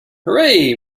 hooray